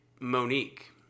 Monique